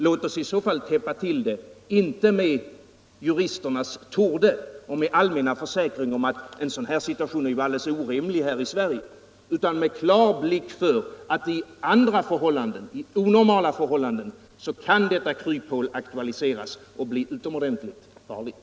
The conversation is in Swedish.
Låt oss i så fall täppa till det inte med juristernas ”torde” och med allmänna försäkringar om att en sådan här situation är alldeles orimlig i Sverige, utan med klar blick för att detta kryphål vid andra förhållanden, vid onormala förhållanden, kan aktualiseras och bli utomordentligt farligt.